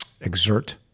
Exert